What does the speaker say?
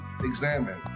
examine